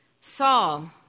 Saul